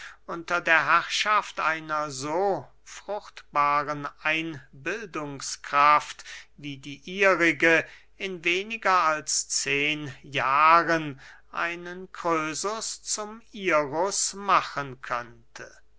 unter der herrschaft einer so fruchtbaren einbildungskraft wie die ihrige in weniger als zehen jahren einen krösus zum irus machen könnte